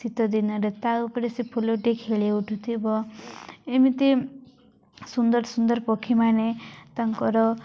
ଶୀତ ଦିନରେ ତା ଉପରେ ସେ ଫୁଲଟି ଖେଳି ଉଠୁଥିବ ଏମିତି ସୁନ୍ଦର ସୁନ୍ଦର ପକ୍ଷୀମାନେ ତାଙ୍କର